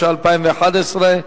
התשע"א 2011,